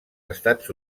estats